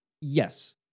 Yes